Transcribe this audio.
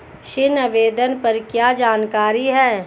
ऋण आवेदन पर क्या जानकारी है?